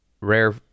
rare